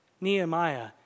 Nehemiah